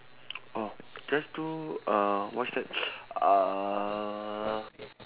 oh just do uh what's that uh